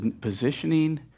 Positioning